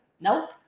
nope